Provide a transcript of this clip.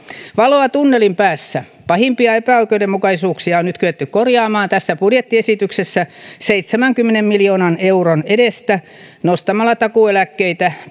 valoa tunnelin päässä pahimpia epäoikeudenmukaisuuksia on nyt kyetty korjaamaan tässä budjettiesityksessä seitsemänkymmenen miljoo nan euron edestä nostamalla takuueläkkeitä